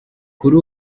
kuri